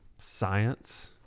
science